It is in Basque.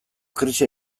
krisi